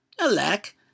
Alack